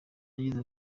yagize